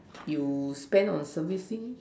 you spend on servicing